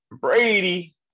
Brady